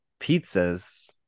pizzas